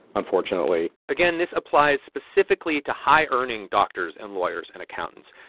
unfortunately again, this applies specifically to high-earning doctors and lawyers and accountants.